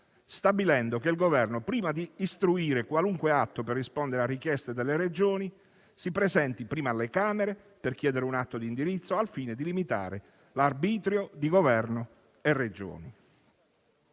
stabilendo che il Governo, prima di istruire qualunque atto per rispondere a richieste delle Regioni, si presenti prima alle Camere per chiedere un atto di indirizzo, al fine di limitare l'arbitrio di Governo e Regioni.